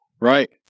Right